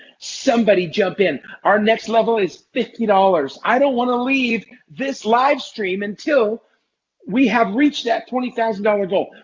somebody jump in. our next level is fifty dollars i don't want to leave this live stream until we have reached that twenty thousand dollars goal.